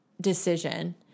decision